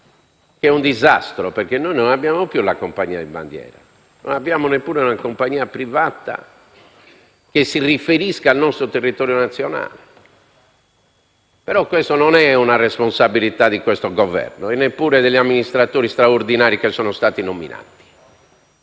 stata un disastro, perché non abbiamo più la compagnia di bandiera e neppure una compagnia privata che si riferisca al nostro territorio nazionale, ma non è una responsabilità di questo Governo e neppure degli amministratori straordinari che sono stati nominati.